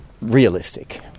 realistic